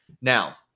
Now